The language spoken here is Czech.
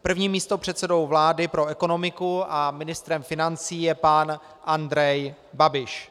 Prvním místopředsedou vlády pro ekonomiku a ministrem financí je pan Andrej Babiš.